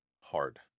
hard